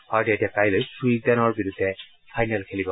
ভাৰতে এতিয়া কাইলৈ ছুইডেনৰ বিৰুদ্ধে ফাইনেল খেলিব